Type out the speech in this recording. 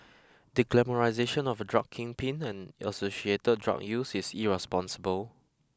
the glamorisation of a drug kingpin and associated drug use is irresponsible